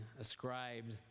ascribed